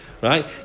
right